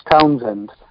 Townsend